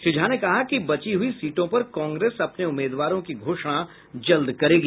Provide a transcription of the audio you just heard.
श्री झा ने कहा कि बची हुई सीटों पर कांग्रेस अपने उम्मीदवारों की घोषणा जल्द करेगी